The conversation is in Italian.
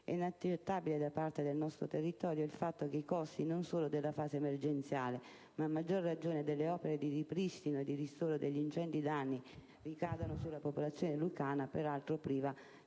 ]inaccettabile da parte del nostro territorio il fatto che i costi, non solo della fase emergenziale, ma, a maggior ragione, anche delle opere di ripristino e di ristoro degli ingenti danni, ricadano sulla popolazione lucana, peraltro priva